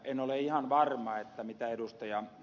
en ole ihan varma mitä ed